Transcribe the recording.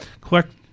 Collect